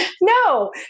no